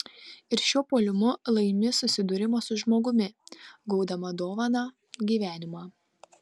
ir šiuo puolimu laimi susidūrimą su žmogumi gaudama dovaną gyvenimą